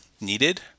needed